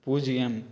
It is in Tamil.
பூஜ்ஜியம்